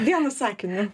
vienu sakiniu